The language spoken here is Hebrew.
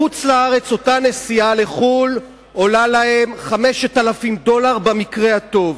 הנסיעה לחו"ל עולה להם 5,000 דולר במקרה הטוב.